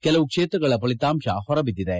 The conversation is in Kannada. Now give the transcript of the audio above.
ಕೆಲವು ಕ್ಷೇತ್ರಗಳ ಫಲಿತಾಂಶ ಹೊರಬಿದ್ದಿದೆ